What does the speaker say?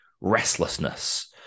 restlessness